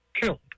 killed